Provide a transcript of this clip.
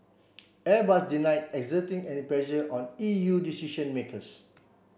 Airbus denied exerting any pressure on E U decision makers